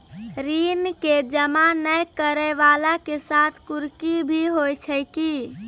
ऋण के जमा नै करैय वाला के साथ कुर्की भी होय छै कि?